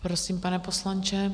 Prosím, pane poslanče.